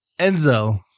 Enzo